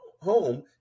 home